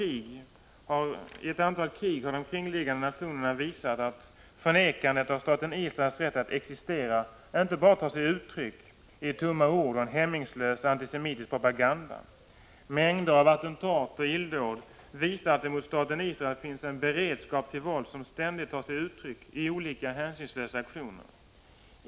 I ett antal krig har de kringliggande nationerna visat att förnekandet av staten Israels rätt att existera inte bara tar sig uttryck i tomma ord och en hämningslös antisemitisk propaganda. Mängder av attentat och illdåd visar att det mot staten Israel finns en beredskap till våld, som ständigt tar sig uttryck i olika hänsynslösa aktioner.